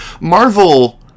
Marvel